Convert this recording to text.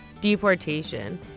Deportation